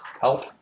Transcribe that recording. Help